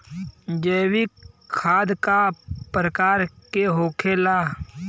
जैविक खाद का प्रकार के होखे ला?